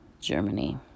Germany